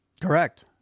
correct